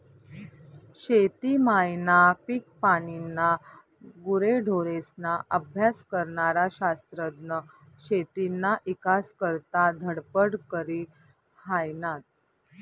शेती मायना, पिकपानीना, गुरेढोरेस्ना अभ्यास करनारा शास्त्रज्ञ शेतीना ईकास करता धडपड करी हायनात